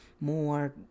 More